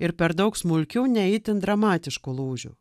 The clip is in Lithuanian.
ir per daug smulkių ne itin dramatiškų lūžių